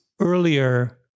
earlier